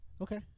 Okay